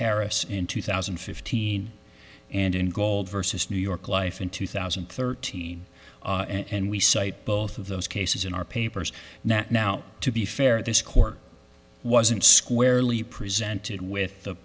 harris in two thousand and fifteen and in gold versus new york life in two thousand and thirteen and we cite both of those cases in our papers now to be fair this court wasn't squarely presented with the